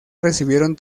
recibieron